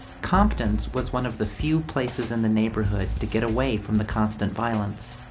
compton's was one of the few places in the neighborhood to get away from the constant violence.